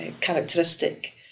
characteristic